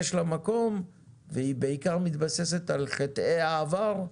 יש לה מקום והיא בעיקר מתבססת על חטאי העבר,